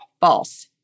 false